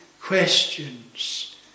questions